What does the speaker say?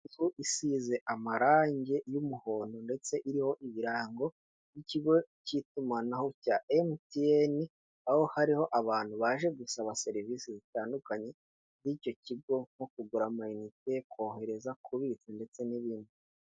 Inzu isize amarange y'umuhondo ndetse iriho ibirango by'ikigo cy'itumanaho cya MTN, aho hariho abantu baje gusaba serivise zitandukanye z'icyo kigo, nko kugura amayinite, kohereza, kubitsa ndetse n'ibindi.